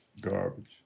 Garbage